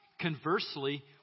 Conversely